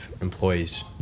employees